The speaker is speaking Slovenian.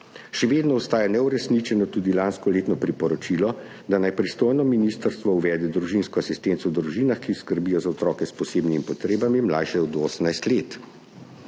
Še vedno ostaja neuresničeno tudi lanskoletno priporočilo, da naj pristojno ministrstvo uvede družinsko asistenco v družinah, ki skrbijo za otroke s posebnimi potrebami, mlajše od 18 let.